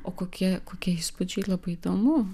o kokie kokie įspūdžiai labai įdomu